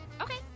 Okay